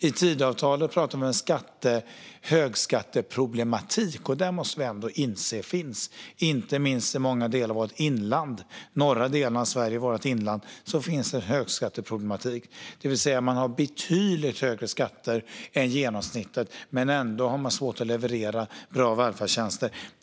I Tidöavtalet talas det om en högskatteproblematik, och det måste vi ändå inse finns, inte minst i många delar av inlandet och norra Sverige. Där har man betydligt högre skatter än genomsnittet men har ändå svårt att leverera bra välfärdstjänster.